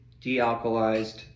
de-alkalized